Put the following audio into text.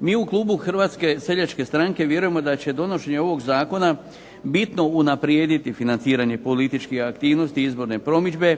Mi u klubu HSS-a vjerujemo da će donošenje ovog zakona bitno unaprijediti financiranje političkih aktivnosti i izborne promidžbe